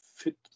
Fit